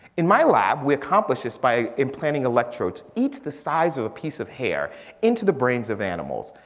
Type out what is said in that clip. in my lab, we accomplish this by implanting electrodes. each the size of a piece of hair into the brains of animals.